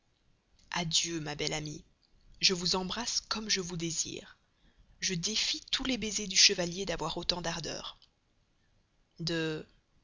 adieu ma belle amie je vous embrasse comme je vous désire je défie tous les baisers du chevalier d'avoir autant d'ardeur de